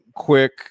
Quick